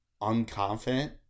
unconfident